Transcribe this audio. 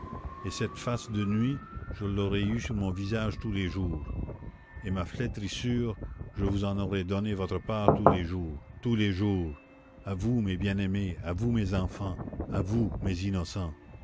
et cette face de nuit je l'aurais eue sur mon visage tous les jours et ma flétrissure je vous en aurais donné votre part tous les jours tous les jours à vous mes bien-aimés à vous mes enfants à vous mes innocents